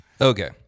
Okay